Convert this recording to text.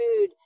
food